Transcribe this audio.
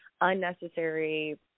unnecessary